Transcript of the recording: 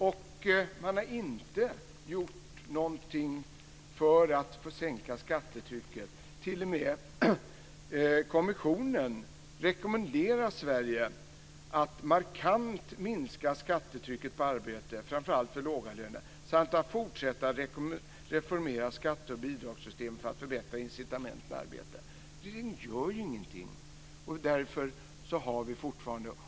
Och man har inte gjort någonting för att sänka skattetrycket. T.o.m. kommissionen rekommenderar Sverige att markant minska skattetrycket på arbete, framför allt för låga löner, samt att fortsätta att reformera skatte och bidragssystemet för att förbättra incitamenten för arbete. Regeringen gör ju ingenting.